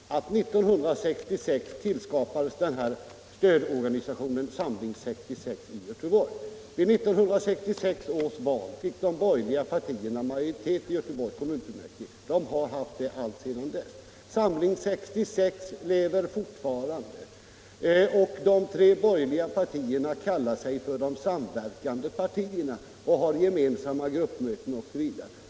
Herr talman! Jag vill bara konstatera att år 1966 tillskapades den här stödorganisationen Samling 66 i Göteborg. Vid 1966 års val fick de borgerliga partierna majoritet i Göteborgs kommunfullmäktige. De har alltsedan dess innehaft denna majoritet. Samling 66 lever fortfarande, och de tre borgerliga partierna kallar sig för De samverkande partierna och har gemensamma gruppmöten m.m.